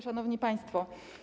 Szanowni Państwo!